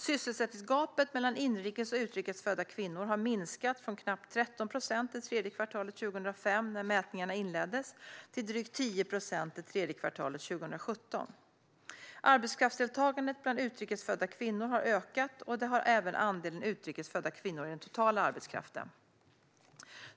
Sysselsättningsgapet mellan inrikes och utrikes födda kvinnor har minskat från knappt 13 procent det tredje kvartalet 2005, när mätningarna inleddes, till drygt 10 procent det tredje kvartalet 2017. Arbetskraftsdeltagandet bland utrikes födda kvinnor har ökat, och det har även andelen utrikes födda kvinnor i den totala arbetskraften.